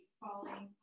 falling